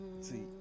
See